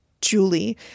Julie